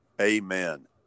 Amen